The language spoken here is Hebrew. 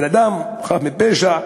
בן-אדם חף מפשע,